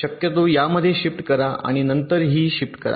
शक्यतो यामध्ये शिफ्ट करा आणि नंतर ही शिफ्ट करा